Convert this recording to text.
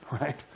right